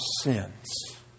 sins